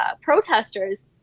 protesters